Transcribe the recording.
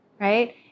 right